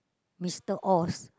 Mister awes